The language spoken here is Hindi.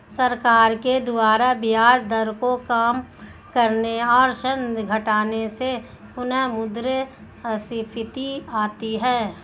सरकार के द्वारा ब्याज दर को काम करने और ऋण घटाने से पुनःमुद्रस्फीति आती है